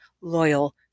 loyal